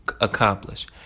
accomplish